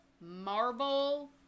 Marvel